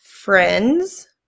friends